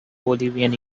bolivian